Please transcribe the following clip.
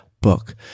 book